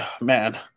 man